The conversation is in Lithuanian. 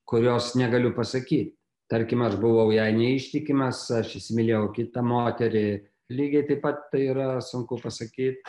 kurios negaliu pasakyt tarkim aš buvau jai neištikimas aš įsimylėjau kitą moterį lygiai taip pat tai yra sunku pasakyt